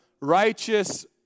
righteous